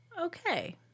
Okay